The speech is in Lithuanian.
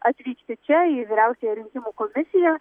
atvykti čia į vyriausiąją rinkimų komisiją